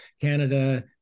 Canada